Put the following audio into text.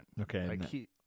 Okay